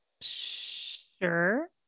sure